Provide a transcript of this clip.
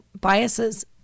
biases